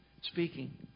speaking